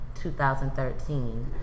2013